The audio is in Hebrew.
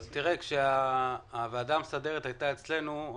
כשהוועדה המסדרת הייתה אצלנו,